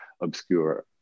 obscure